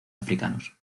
africanos